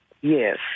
Yes